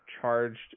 charged